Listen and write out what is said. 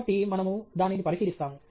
కాబట్టి మనము దానిని పరిశీలిస్తాము